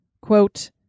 Quote